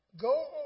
Go